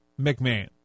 McMahon